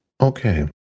Okay